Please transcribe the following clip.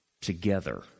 together